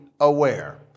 aware